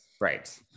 Right